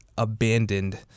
Abandoned